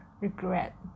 regret